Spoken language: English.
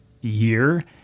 year